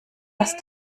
das